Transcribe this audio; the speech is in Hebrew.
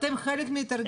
אתם חלק מההתארגנות.